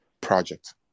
project